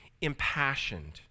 impassioned